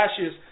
ashes